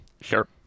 sure